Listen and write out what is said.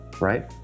right